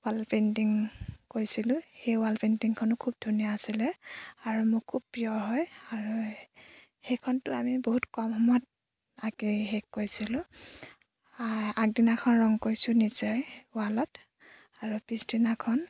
wall painting কৰিছিলোঁ সেই wall পেইণ্টিংখনো খুব ধুনীয়া আছিলে আৰু মোৰ খুব প্ৰিয় হয় আৰু সেইখনটো আমি বহুত কম সময়ত আঁকি শেষ কৰিছিলোঁ আগদিনাখন ৰং কৰিছোঁ নিজে ৱালত আৰু পিছদিনাখন